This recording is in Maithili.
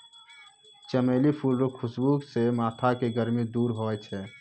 चमेली फूल रो खुशबू से माथो के गर्मी दूर होय छै